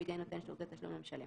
בידי נותן שירותי תשלום למשלם.